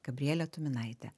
gabriele tuminaite